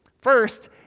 first